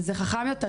וזה חכם יותר,